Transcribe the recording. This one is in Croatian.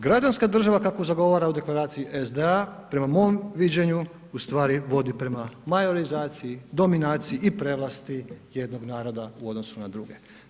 Građanska država kakvu zagovara u deklaraciji SDA prema mom viđenju u stvari vodi prema majorizaciji, dominaciji i prevlasti jednog naroda u odnosu na druge.